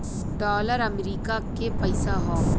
dollar अमरीका के पइसा हौ